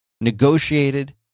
negotiated